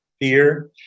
Fear